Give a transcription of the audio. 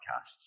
podcasts